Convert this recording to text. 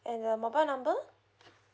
and the mobile number